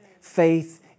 Faith